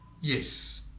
yes